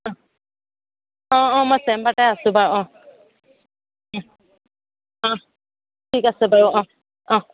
অঁ অঁ অঁ মই চেম্বাৰতে আছোঁ বাৰু অঁ অঁ অঁ ঠিক আছে বাৰু অঁ অঁ